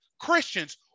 Christians